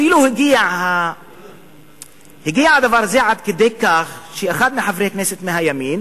אפילו הגיע הדבר הזה עד כדי כך שאחד מחברי הכנסת מהימין